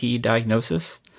diagnosis